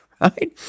Right